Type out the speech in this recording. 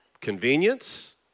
Convenience